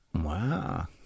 Wow